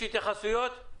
יש התייחסויות?